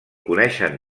coneixen